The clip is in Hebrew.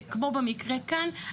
כמו במקרה כאן,